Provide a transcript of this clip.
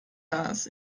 das